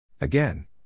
Again